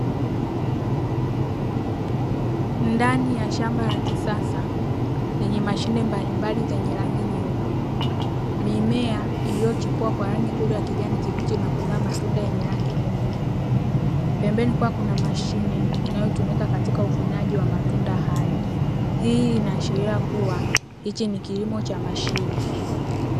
Ndani ya shamba la kisasa lenye mashine mbalimbali zenye rangi nyeupe, mimea iliyochipua kwa rangi nzuri ya kijani kibichi na kuzaa matunda yenye rangi nyekundu, pembeni kukiwa kuna mashine inayotumika katika uvunaji wa matunda hayo, hii inaashiria kuwa hichi ni kilimo cha mashine.